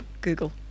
Google